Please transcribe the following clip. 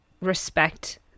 respect